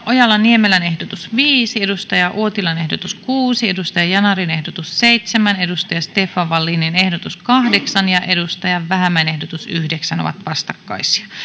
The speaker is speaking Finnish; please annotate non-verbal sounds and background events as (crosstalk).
(unintelligible) ojala niemelän ehdotus viisi kari uotilan ehdotus kuusi ozan yanarin ehdotus seitsemän stefan wallinin ehdotus kahdeksan ja ville vähämäen ehdotus yhdeksän koskevat samaa määrärahaa